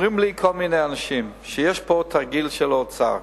אומרים לי כל מיני אנשים שיש פה תרגיל של האוצר,